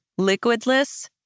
liquidless